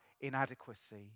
inadequacy